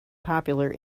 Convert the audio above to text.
popular